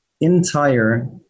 entire